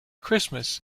christmas